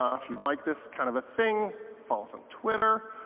um if you like this kind of a thing, follow us on twitter.